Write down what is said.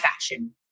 fashion